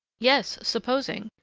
yes, supposing!